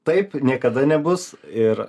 taip niekada nebus ir